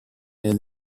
and